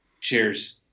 Cheers